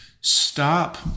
Stop